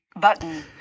button